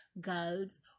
girls